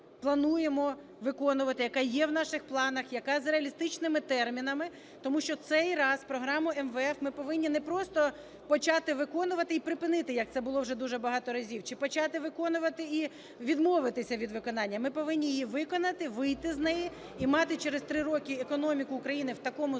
вами плануємо виконувати, яка є в наших планах, яка з реалістичними термінами. Тому що цей раз програму МВФ ми повинні не просто почати виконувати і припинити, як це було уже дуже багато разів, чи почати виконувати і відмовитися від виконання. Ми повинні її виконати, вийти з неї і мати через 3 роки економіку України в такому стані,